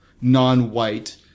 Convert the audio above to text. non-white